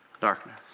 darkness